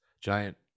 giant